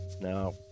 now